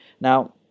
now